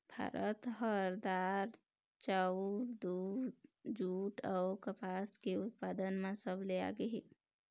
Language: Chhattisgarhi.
भारत ह दार, चाउर, दूद, जूट अऊ कपास के उत्पादन म सबले आगे हे